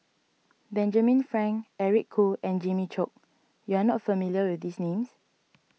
Benjamin Frank Eric Khoo and Jimmy Chok you are not familiar with these names